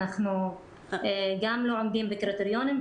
כי אנחנו גם לא עומדים בקריטריונים.